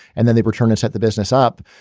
and then they return and set the business up.